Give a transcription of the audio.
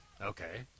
Okay